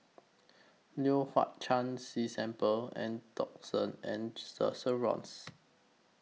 Leong Hwa Chan Si simple and Duxton and The Chevrons